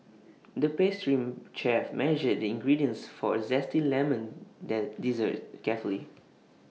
the pastry chef measured the ingredients for A Zesty Lemon dessert carefully